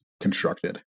constructed